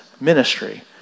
ministry